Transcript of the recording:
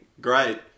great